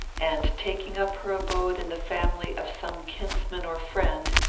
and, taking up her abode in the family of some kinsman or friend,